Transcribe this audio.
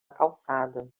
calçada